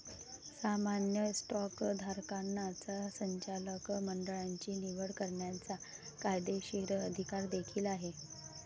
सामान्य स्टॉकधारकांना संचालक मंडळाची निवड करण्याचा कायदेशीर अधिकार देखील आहे